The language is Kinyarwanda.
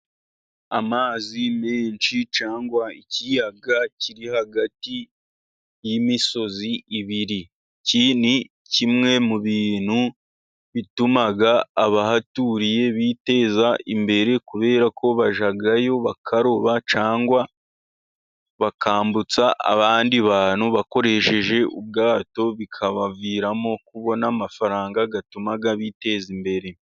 Amazi menshi cyangwa ikiyaga kiri hagati y' imisozi ibiri, iki ni kimwe mu bintu bituma abahaturiye biteza imbere, kubera ko bajyayo bakaroba cyangwa bakambutsa abandi bantu, bakoresheje ubwato bikabaviramo kubona amafaranga atuma biteza imbere.